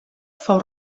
fou